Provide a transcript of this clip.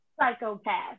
psychopath